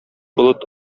болыт